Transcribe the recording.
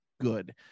good